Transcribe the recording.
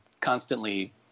constantly